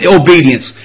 obedience